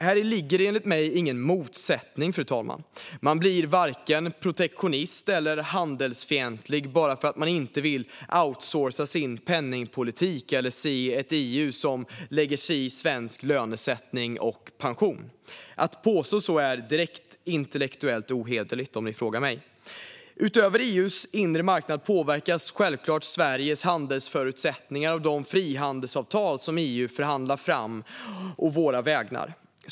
Häri ligger enligt mig ingen motsättning, fru talman. Man blir varken protektionist eller handelsfientlig bara för att man inte vill outsourca sin penningpolitik eller se ett EU som lägger sig i svensk lönesättning och pension. Att påstå så är direkt intellektuellt ohederligt, om ni frågar mig. Utöver EU:s inre marknad påverkas självklart Sveriges handelsförutsättningar av de frihandelsavtal som EU förhandlar fram å våra vägnar.